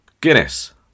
Guinness